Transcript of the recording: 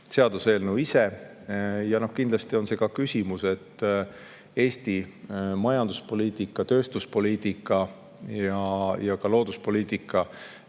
üsna laialt arutatud. Kindlasti on see ka küsimus, et Eesti majanduspoliitika, tööstuspoliitika ja ka looduspoliitika